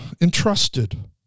entrusted